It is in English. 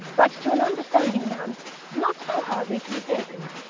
but to an understanding man not so hardly to be taken.